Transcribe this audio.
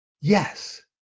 Yes